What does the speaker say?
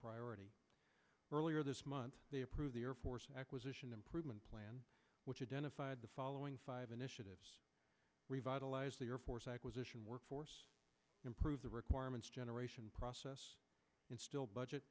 priority earlier this month they approved the air force acquisition improvement plan which identified the following five initiatives revitalize the air force acquisition workforce improve the requirements generation process instill budget